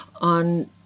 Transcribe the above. on